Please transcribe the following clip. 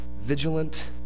vigilant